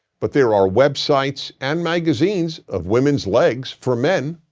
but there are websites and magazines of women's legs for men.